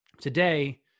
Today